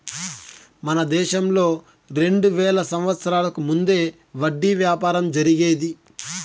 మన దేశంలో రెండు వేల సంవత్సరాలకు ముందే వడ్డీ వ్యాపారం జరిగేది